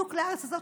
בדיוק לארץ הזאת,